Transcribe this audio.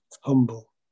humble